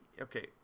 okay